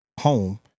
home